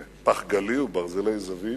ופח גלי וברזלי זווית,